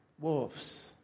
wolves